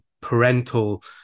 parental